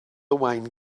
owain